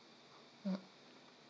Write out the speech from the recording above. mm